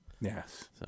yes